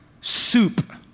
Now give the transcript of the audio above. soup